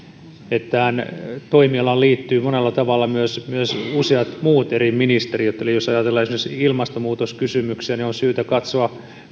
tähän toimialaan liittyvät monella tavalla myös myös useat muut eri ministeriöt eli jos ajatellaan esimerkiksi ilmastonmuutoskysymyksiä niin on syytä katsoa